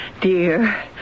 dear